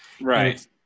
right